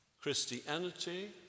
Christianity